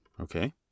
Okay